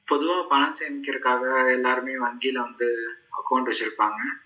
பொதுவாக பணம் சேமிக்கிறதுக்காக எல்லாேருமே வங்கியில் வந்து அக்கௌண்ட் வெச்சுருப்பாங்க